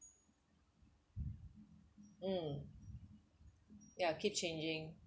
mm yeah keep changing